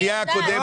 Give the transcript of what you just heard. על הפנייה הקודמת.